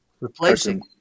Replacing